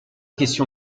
question